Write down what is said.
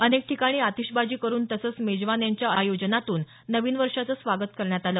अनेक ठिकाणी आतिषबाजी करून तसंच मेजवान्यांच्या आयोजनातून नवीन वर्षाचं स्वागत करण्यात आलं